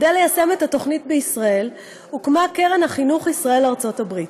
חוק קרן חינוך ארצות-הברית